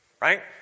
right